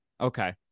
Okay